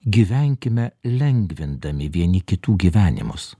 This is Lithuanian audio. gyvenkime lengvindami vieni kitų gyvenimus